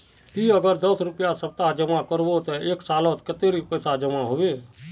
ती अगर दस रुपया सप्ताह जमा करबो ते एक सालोत कतेरी पैसा जमा होबे बे?